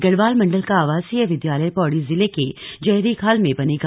गढ़वाल मंडल का आवासीय विद्यालय पौड़ी जिले के जयहरीखाल में बनेगा